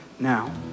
now